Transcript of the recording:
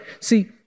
See